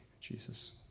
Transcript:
Jesus